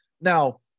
Now